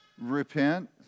repent